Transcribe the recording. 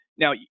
Now